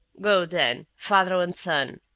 go, then, father and son,